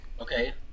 Okay